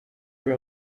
your